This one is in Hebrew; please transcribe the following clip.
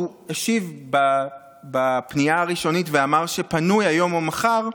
השיב בפנייה הראשונית ואמר שפנוי היום או מחר,